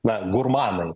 na gurmanai